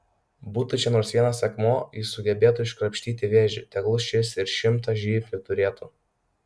būtų čia nors vienas akmuo jis sugebėtų iškrapštyti vėžį tegul šis ir šimtą žnyplių turėtų